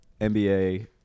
NBA